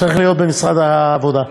צריך להיות במשרד העבודה,